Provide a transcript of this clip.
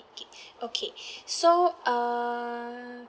gigabyte okay so err